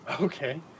Okay